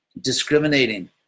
discriminating